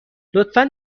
لطفا